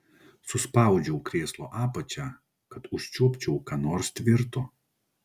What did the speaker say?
suspaudžiau krėslo apačią kad užčiuopčiau ką nors tvirto